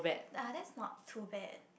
ah that's not too bad